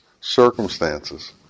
circumstances